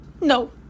No